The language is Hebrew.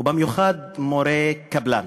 ובמיוחד מורי הקבלן,